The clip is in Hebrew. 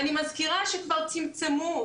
ואני מזכירה שכבר צמצמו,